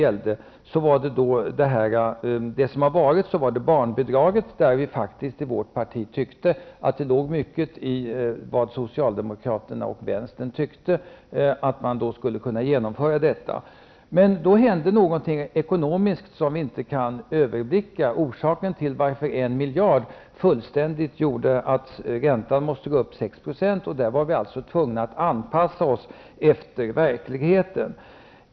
I frågan om barnbidraget tyckte vi i vårt parti att det låg mycket i vad socialdemokraterna och vänsterpartiet ansåg och att man skulle kunna genomföra detta. Det hände emellertid något på det ekonomiska planet som vi inte kunde överblicka. 1 miljard medföljde att räntan gick upp 6 %. Vi blev tvungna att anpassa oss till verkligheten.